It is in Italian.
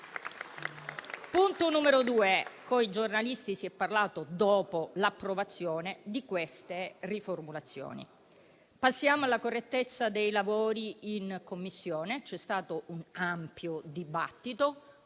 secondo luogo, con i giornalisti si è parlato dopo l'approvazione di queste riformulazioni. Passiamo alla correttezza dei lavori in Commissione: c'è stato un ampio dibattito